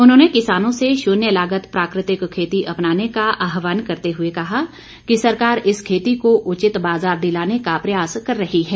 उन्होंने किसानों से शून्य लागत प्राकृतिक खेती अपनाने का आहवान करते हुए कहा कि सरकार इस खेती को उचित बाजार दिलाने का प्रयास कर रही है